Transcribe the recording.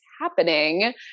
happening